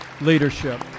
leadership